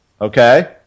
Okay